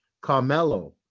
Carmelo